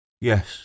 Yes